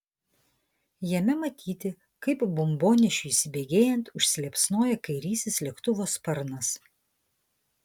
jame matyti kaip bombonešiui įsibėgėjant užsiliepsnoja kairysis lėktuvo sparnas